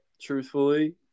truthfully